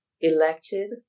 elected